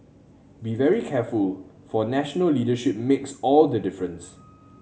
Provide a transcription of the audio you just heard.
be very careful for national leadership makes all the difference